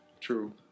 True